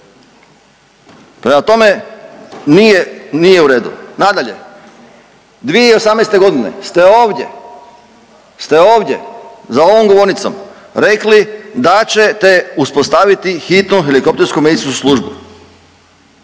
Prema tome, nije, nije u redu. Nadalje, 2018.g. ste ovdje, ste ovdje za ovom govornicom rekli da ćete uspostaviti Hitnu helikoptersku medicinsku službu,